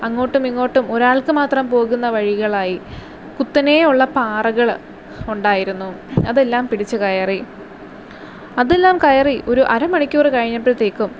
അങ്ങോട്ടും ഇങ്ങോട്ടും ഒരാൾക്ക് മാത്രം പോകുന്ന വഴികളായി കുത്തനെയുള്ള പാറകൾ ഉണ്ടായിരുന്നു അതെല്ലാം പിടിച്ചു കയറി അതെല്ലാം കയറി ഒരു അര മണിക്കൂർ കഴിഞ്ഞപ്പോഴത്തേക്കും